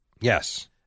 Yes